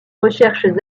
recherches